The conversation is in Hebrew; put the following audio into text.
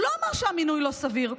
הוא לא אמר שהמינוי לא סביר.